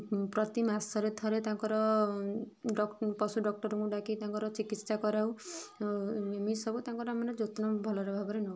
ପ୍ରତି ମାସରେ ଥରେ ତାଙ୍କର ଡ଼ ପଶୁ ଡ଼କ୍ଟର୍ଙ୍କୁ ଡ଼ାକି ତାଙ୍କର ଚିକିତ୍ସା କରାଉ ଏମିତି ସବୁ ତାଙ୍କର ଆମର ଯତ୍ନ ଭଲରେ ଭାବରେ ନେଉ